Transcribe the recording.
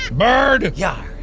bird! yeah